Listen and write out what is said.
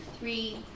three